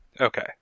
Okay